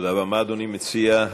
מה אדוני מציע?